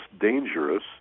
dangerous